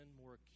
more